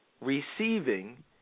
receiving